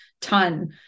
ton